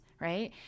right